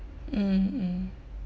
mm mm